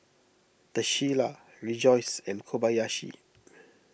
the Shilla Rejoice and Kobayashi